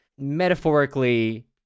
metaphorically